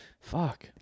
Fuck